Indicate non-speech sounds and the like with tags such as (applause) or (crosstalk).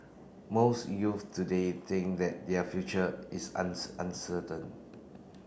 most youth today think that their future is (unintelligible) uncertain